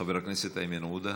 חבר הכנסת איימן עודה,